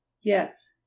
Yes